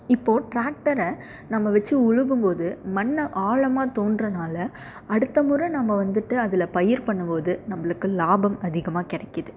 இப்போ டிராக்டரை நம்ம வச்சு உழுகும் போது மண்ணை ஆழமாக தோண்டுறதுனால அடுத்த முறை நம்ம வந்துட்டு அதில் பயிர் பண்ணும் போது நம்மளுக்கு லாபம் அதிகமாக கிடைக்குது